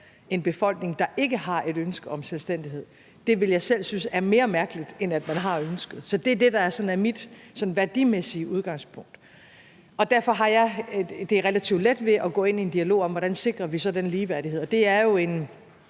en befolkning, der ikke har et ønske om selvstændighed, så ville jeg selv synes, det var mere mærkeligt, end hvis man havde ønsket. Sådan er mit værdimæssige udgangspunkt, og derfor har jeg relativt let ved at gå ind i en dialog om, hvordan vi så sikrer den ligeværdighed. Det er jo både